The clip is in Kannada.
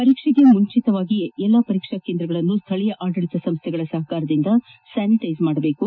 ಪರೀಕ್ಷೆಗೆ ಮುಂಚೆಯೇ ಎಲ್ಲ ಪರೀಕ್ಷಾ ಕೇಂದ್ರಗಳನ್ನು ಸ್ಥಳೀಯ ಆದಳಿತ ಸಂಸ್ಥೆಗಳ ಸಹಕಾರದಿಂದ ಸ್ಯಾನಿಟೈಜ್ ಮಾಡಬೇಕು